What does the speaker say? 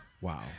Wow